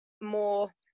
more